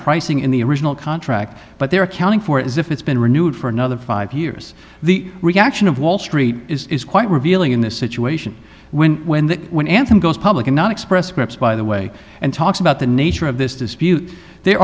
pricing in the original contract but their accounting for it is if it's been renewed for another five years the reaction of wall street is quite revealing in this situation when when that when anthem goes public and not express scripts by the way and talks about the nature of this dispute there